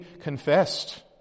confessed